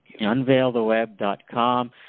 unveiltheweb.com